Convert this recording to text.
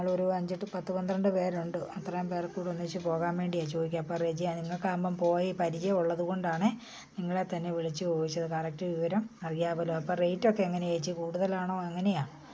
അപ്പം ഞങ്ങളൊരു അഞ്ചെട്ട് പത്ത് പന്ത്രണ്ട് പേരുണ്ട് അത്രയും പേർക്ക് കൂടെ ഒന്നിച്ച് പോകാൻ വേണ്ടിയാണ് ചോദിക്കുക അപ്പം റെജി നിങ്ങൾക്കാകുമ്പോൾ പോയി പരിചയമുള്ളത് കൊണ്ടാണേ നിങ്ങളെ തന്നെ വിളിച്ച് ചോദിച്ചത് കറക്റ്റ് വിവരം അറിയാമല്ലോ അപ്പോൾ റേറ്റ് ഒക്കെ എങ്ങനെയാണ് ചെച്ചി കൂടുതലാണോ എങ്ങനെയാണ്